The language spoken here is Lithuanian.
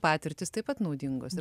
patirtys taip pat naudingos ir